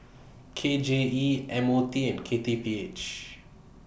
K J E M O T and K T P H